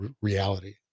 reality